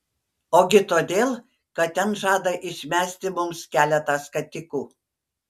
ogi todėl kad ten žada išmesti mums keletą skatikų